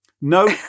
No